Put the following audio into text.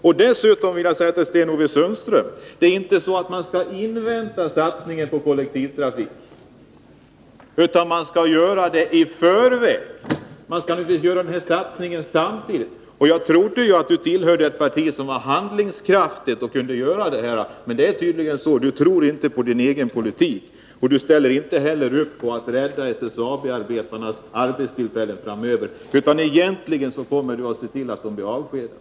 Man skall inte, Sten-Ove Sundström, invänta satsningen på kollektivtra fiken innan man gör investeringar för rälstillverkning i Luleå. Man skall göra satsningen samtidigt med investeringarna. Jag trodde att Sten-Ove Sundström tillhörde ett parti som var handlingskraftigt, men han tror tydligen inte på sin egen politik. Och han ställer inte heller upp på att rädda SSAB-arbetarnas arbetstillfällen framöver. Egentligen kommer Sten-Ove Sundström att se till att de blir avskedade.